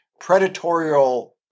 predatorial